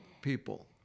people